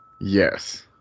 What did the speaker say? Yes